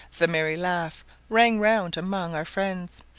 the merry laugh rang round among our friends,